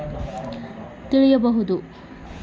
UPI ನಿಂದ ನನ್ನ ಬೇರೆ ಬೇರೆ ಬ್ಯಾಂಕ್ ಅಕೌಂಟ್ ವಿವರ ತಿಳೇಬೋದ?